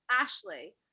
Ashley